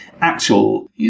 actual